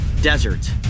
desert